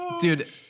Dude